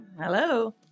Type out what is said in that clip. Hello